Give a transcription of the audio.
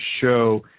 show